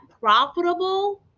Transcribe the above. profitable